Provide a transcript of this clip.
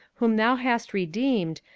whom thou hast redeemed,